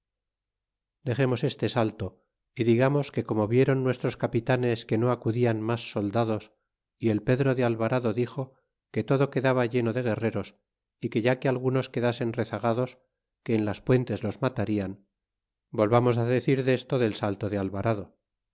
dexemos este salto y digamos que como viéron nuestros capitanes que no acudian mas soldados y el pedro de alvarado dixo que todo quedaba lleno de guerreros y que ya que algunos quedasen rezagados que en las puentes los matarian volvamos decir desto del salto de alvarado